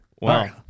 Wow